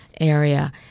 area